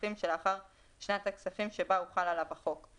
הכספים שלאחר שנת הכספים שבה הוחל עליו החוק.